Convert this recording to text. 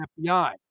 FBI